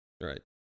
right